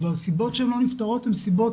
והסיבות שהן לא נפתרות הן סיבות